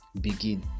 begin